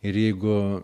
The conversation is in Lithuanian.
ir jeigu